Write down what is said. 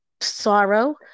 sorrow